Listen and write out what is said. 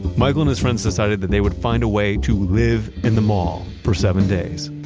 michael and his friends decided they would find a way to live in the mall for seven days.